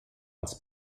als